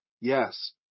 Yes